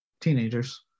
teenagers